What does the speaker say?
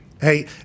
Hey